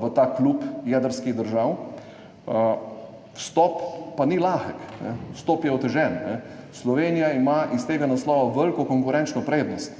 v ta klub jedrskih držav. Vstop pa ni lahek, vstop je otežen. Slovenija ima iz tega naslova veliko konkurenčno prednost.